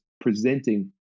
presenting